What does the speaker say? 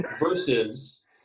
Versus